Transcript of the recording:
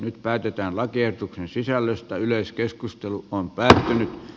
nyt päätetään lakiehdotuksen sisällöstä yleiskeskustelu on päällään